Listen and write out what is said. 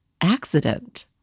accident